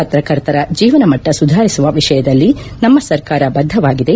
ಪತ್ರಕರ್ತರ ಜೀವನ ಮಟ್ಟ ಸುಧಾರಿಸುವ ವಿಷಯದಲ್ಲಿ ನಮ್ನ ಸರ್ಕಾರ ಬದ್ದವಾಗಿದೆ